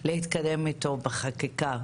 להתקדם אתו בחקיקה,